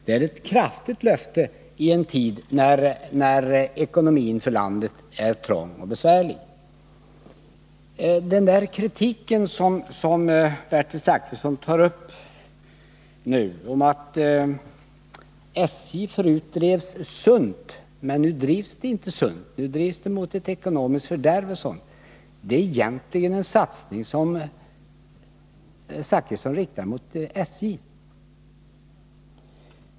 Det är ett kraftigt löfte i en tid när ekonomin för landet är trång och besvärlig. Den kritik som Bertil Zachrisson för fram om att SJ förut drevs sunt men nu drivs mot ett ekonomiskt fördärv är egentligen en kritik som Bertil Zachrisson riktar mot SJ.